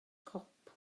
cop